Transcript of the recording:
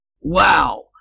Wow